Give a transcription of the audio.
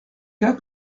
cas